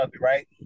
right